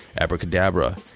Abracadabra